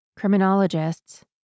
criminologists